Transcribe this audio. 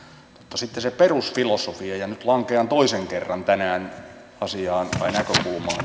mutta sitten se perusfilosofia ja nyt lankean toisen kerran tänään näkökulmaan josta en itse pidä